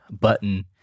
button